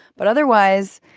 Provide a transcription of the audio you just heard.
but otherwise,